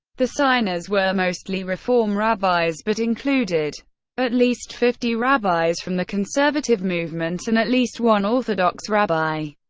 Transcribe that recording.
the signers were mostly reform rabbis, but included at least fifty rabbis from the conservative movement and at least one orthodox rabbi.